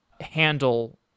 handle